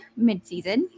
midseason